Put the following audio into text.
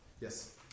Yes